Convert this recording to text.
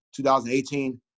2018